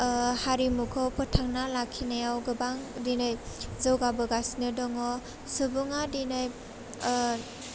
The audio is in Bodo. ओह हारिमुखौ फोथांना लाखिनायाव गोबां दिनै जौगाबोगासिनो दङ सुबुङा दिनै ओह